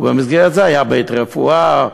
ובמסגרת זה היה בית-רפואה,